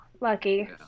lucky